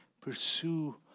Pursue